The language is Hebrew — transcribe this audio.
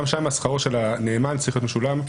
גם שם שכרו של הנאמן צריך להיות משולם.